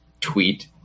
tweet